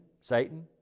Satan